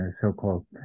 so-called